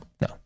No